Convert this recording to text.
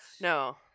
no